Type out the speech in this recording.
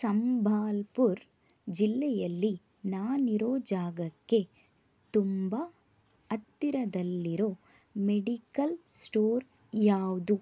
ಸಂಭಲ್ಪುರ್ ಜಿಲ್ಲೆಯಲ್ಲಿ ನಾನಿರೋ ಜಾಗಕ್ಕೆ ತುಂಬ ಹತ್ತಿರದಲ್ಲಿರೋ ಮೆಡಿಕಲ್ ಸ್ಟೋರ್ ಯಾವುದು